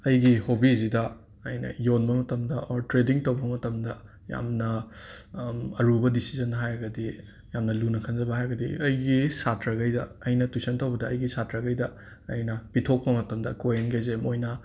ꯑꯩꯒꯤ ꯍꯣꯕꯤꯖꯤꯗ ꯑꯩꯅ ꯌꯣꯟꯕ ꯃꯇꯝꯗ ꯑꯣꯔ ꯇ꯭ꯔꯦꯗꯤꯡ ꯇꯧꯕ ꯃꯇꯝꯗ ꯌꯥꯝꯅ ꯑꯔꯨꯕ ꯗꯤꯁꯤꯖꯟ ꯍꯥꯏꯔꯒꯗꯤ ꯌꯥꯝꯅ ꯂꯨꯅ ꯈꯟꯖꯕ ꯍꯥꯏꯔꯒꯗꯤ ꯑꯩꯒꯤ ꯁꯥꯇ꯭ꯔꯒꯩꯗ ꯑꯩꯅ ꯇ꯭ꯌꯨꯁꯟ ꯇꯧꯕꯗ ꯑꯩꯒꯤ ꯁꯥꯇ꯭ꯔꯒꯩꯗ ꯑꯩꯅ ꯄꯤꯊꯣꯛꯄ ꯃꯇꯝꯗ ꯀꯣꯏꯟꯒꯦꯖꯦ ꯃꯣꯏꯅ